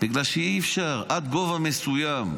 בגלל שאי-אפשר, עד גובה מסוים.